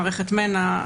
מערכת מנע,